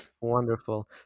Wonderful